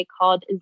called